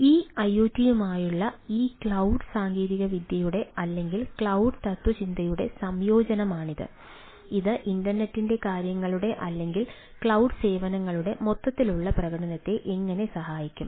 ഈ ഐഒടിയുമായുള്ള ഈ ക്ലൌഡ് സാങ്കേതികവിദ്യയുടെ അല്ലെങ്കിൽ ക്ലൌഡ് തത്ത്വചിന്തയുടെ സംയോജനമാണിത് ഇത് ഇന്റർനെറ്റിന്റെ കാര്യങ്ങളുടെ അല്ലെങ്കിൽ ക്ലൌഡ് സേവനങ്ങളുടെ മൊത്തത്തിലുള്ള പ്രകടനത്തെ എങ്ങനെ സഹായിക്കും